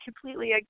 completely